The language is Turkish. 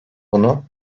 bunu